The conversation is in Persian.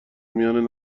میان